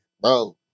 Bro